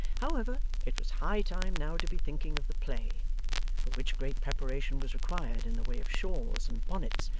however, it was high time now to be thinking of the play for which great preparation was required, in the way of shawls and bonnets,